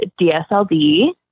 Dsld